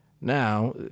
Now